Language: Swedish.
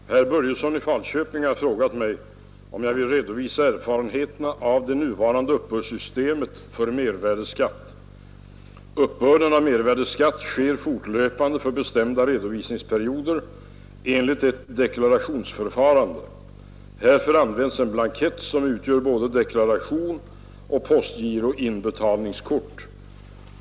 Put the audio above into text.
Herr talman! Herr Börjesson i Falköping har frågat mig, om jag vill redovisa erfarenheterna av det nuvarande uppbördssystemet för mervärdeskatt. Uppbörden av mervärdeskatt sker fortlöpande för bestämda redovisningsperioder enligt ett deklarationsförfarande. Härför används en blankett som utgör både deklaration och postgiroinbetalningskort.